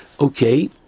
Okay